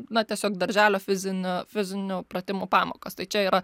na tiesiog darželio fizinio fizinių pratimų pamokas tai čia yra